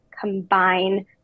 combine